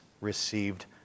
received